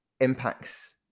impacts